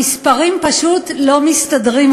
המספרים פשוט לא מסתדרים,